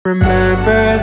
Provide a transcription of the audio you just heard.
Remember